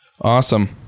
Awesome